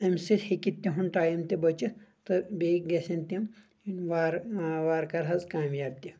أمہِ سۭتۍ ہیٚکہِ تِہُنٛد ٹایم تہِ بٔچِتھ تہٕ بیٚیہِ گژھن تِم وارٕ کارٕ حظ کامیاب تہِ